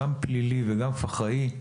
גם פלילי וגם פח"עי,